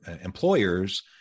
employers